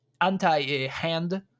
anti-hand